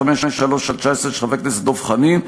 ו-253/19 של חבר הכנסת דב חנין,